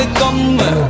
come